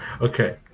Okay